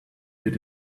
did